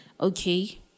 Okay